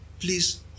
please